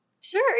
Sure